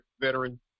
veteran